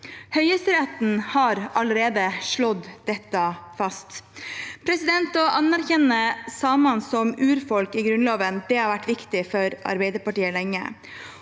Høyesterett har allerede slått dette fast. Å anerkjenne samene som urfolk i Grunnloven har lenge vært viktig for Arbeiderpartiet. Jeg